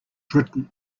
written